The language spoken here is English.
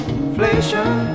inflation